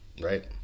Right